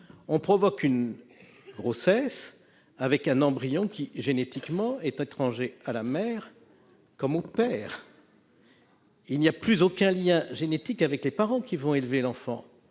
on provoque une grossesse avec un embryon qui est génétiquement étranger à la mère comme au père. L'enfant n'aura plus aucun lien génétique avec les parents qui vont l'élever.